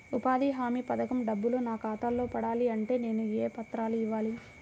ఉపాధి హామీ పథకం డబ్బులు నా ఖాతాలో పడాలి అంటే నేను ఏ పత్రాలు ఇవ్వాలి?